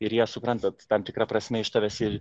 ir jie suprantat kad tam tikra prasme iš tavęs ir